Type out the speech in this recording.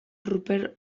ruper